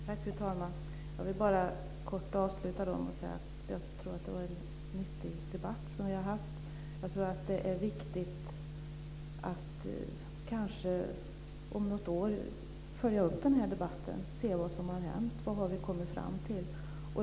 Fru talman! Jag vill kort avsluta med att säga att vi har haft en nyttig debatt. Det är viktigt att om något år följa upp debatten och se vad som har hänt, vad vi har kommit fram till.